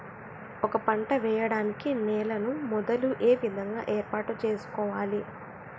ఒక పంట వెయ్యడానికి నేలను మొదలు ఏ విధంగా ఏర్పాటు చేసుకోవాలి?